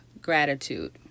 gratitude